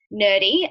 nerdy